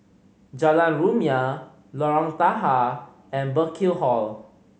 Jalan Rumia Lorong Tahar and Burkill Hall